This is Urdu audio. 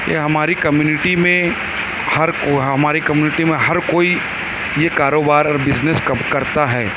یہ ہماری کمیونیٹی میں ہر کو ہماری کمیونیٹی میں ہر کوئی یہ کاروبار اور بزنس کب کرتا ہے